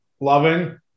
Loving